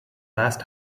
last